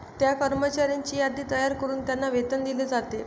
त्या कर्मचाऱ्यांची यादी तयार करून त्यांना वेतन दिले जाते